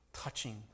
Touching